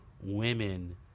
women